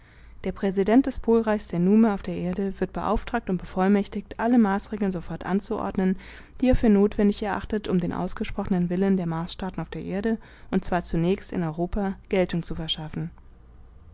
der präsident des polreichs der nume auf der erde wird beauftragt und bevollmächtigt alle maßregeln sofort anzuordnen die er für notwendig erachtet um dem ausgesprochenen willen der marsstaaten auf der erde und zwar zunächst in europa geltung zu verschaffen